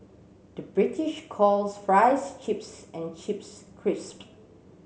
the British calls fries chips and chips crisp